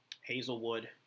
Hazelwood